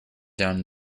down